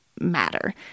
matter